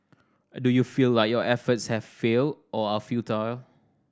do you feel like your efforts have failed or are futile